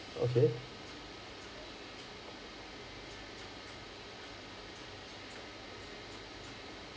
okay